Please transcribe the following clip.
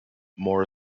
more